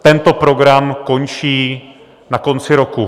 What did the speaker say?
Tento program končí na konci roku.